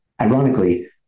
ironically